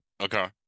okay